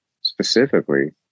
specifically